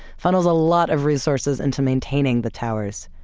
funnels a lot of resources into maintaining the towers.